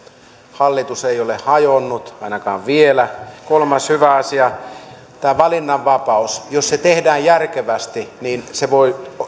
hallitus ei ole hajonnut ainakaan vielä ja kolmas hyvä asia on tämä valinnanvapaus jos se tehdään järkevästi niin se voi